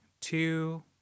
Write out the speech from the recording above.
two